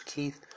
Keith